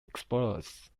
explorers